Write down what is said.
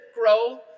grow